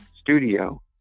studio